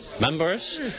Members